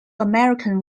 american